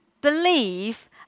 believe